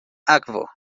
akvo